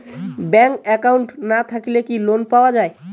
Bank account না থাকিলে কি লোন পাওয়া য়ায়?